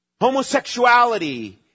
homosexuality